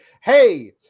hey